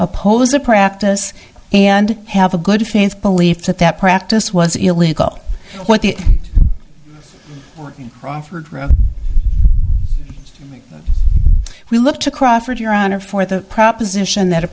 oppose the practice and have a good faith belief that that practice was illegal what the proffered we look to crawford your honor for the proposition that a